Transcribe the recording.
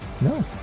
No